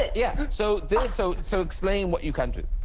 yeah, so there's so so explain what you can do.